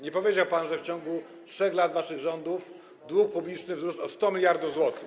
Nie powiedział pan, że w ciągu 3 lat waszych rządów dług publiczny wzrósł o 100 mld zł.